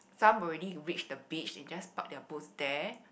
some already reached the beach they just park their boat there